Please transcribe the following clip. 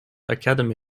academy